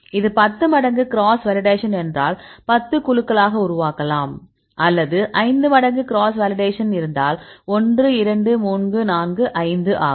அது 10 மடங்கு cross validation என்றால் 10 குழுக்களாக உருவாக்கலாம் அல்லது 5 மடங்கு கிராஸ் வேலிடேஷன் இருந்தால் 1 2 3 4 5 ஆகும்